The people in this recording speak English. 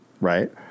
Right